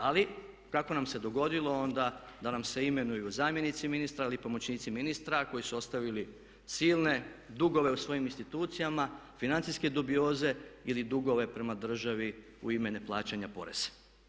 Ali, kako nam se dogodilo onda da nam se imenuju zamjenici ministara ili pomoćnici ministara koji su ostavili silne dugove u svojim institucijama, financijske dubioze ili dugove prema državi u ime neplaćanja poreza?